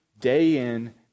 day-in